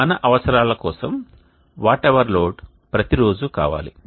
మన అవసరాల కోసం వాట్ అవర్ లోడ్ ప్రతి రోజు కావాలి